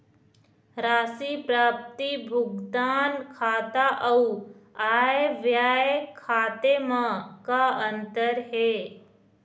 राशि प्राप्ति भुगतान खाता अऊ आय व्यय खाते म का अंतर हे?